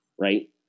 right